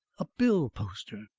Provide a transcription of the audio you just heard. a bill-poster!